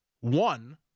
one